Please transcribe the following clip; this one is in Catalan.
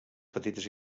petites